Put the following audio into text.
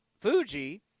Fuji